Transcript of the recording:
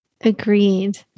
Agreed